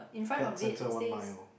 pet centre one mile